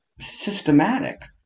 systematic